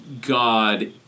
God